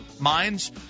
minds